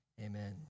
Amen